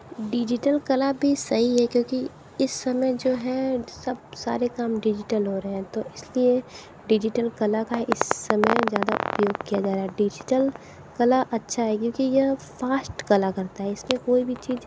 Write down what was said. digital कला भी सही है क्योंकि इस समय जो है सब सारे काम डिजिटल हो रहे हैं तो इस लिए डिजिटल कला का इस समय ज़्यादा उपयोग किया जा रहा है डिजिटल कला अच्छा है क्योंकि यह फ़ास्ट कला करता है इस पर कोई भी चीज़